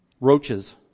roaches